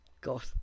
God